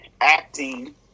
acting